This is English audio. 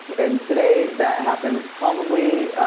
and today that happens probably,